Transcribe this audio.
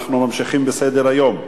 אנחנו ממשיכים בסדר-היום: